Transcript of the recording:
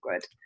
good